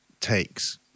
takes